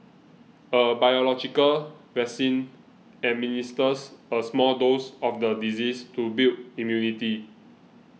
a biological vaccine administers a small dose of the disease to build immunity